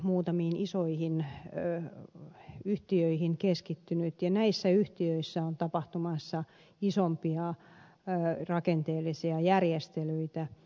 muutamiin aika isoihin yhtiöihin keskittynyt ja näissä yhtiöissä on tapahtumassa isompia rakenteellisia järjestelyitä